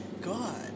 God